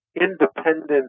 independent